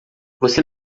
você